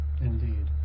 Indeed